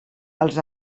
als